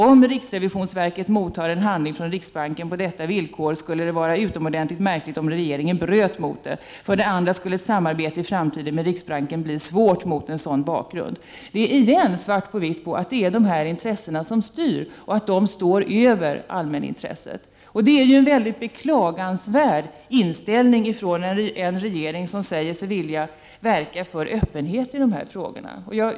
Om riksrevisionsverket mottar en handling från riksbanken på detta villkor skulle det vara utomordentligt märkligt om regeringen bröt mot det. För det andra skulle ett samarbete med riksbanken i framtiden bli svårt mot en sådan bakgrund. Det är igen svart på vitt på att det är de intressena som styr och att de står över allmänintresset. Det är en beklagansvärd inställning hos en regering som säger sig vilja verka för öppenhet i de här frågorna.